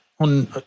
On